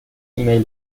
ایمیل